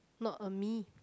not a me